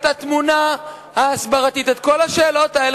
את התמונה ההסברתית, את כל השאלות האלה.